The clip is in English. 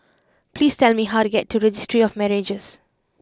please tell me how to get to Registry of Marriages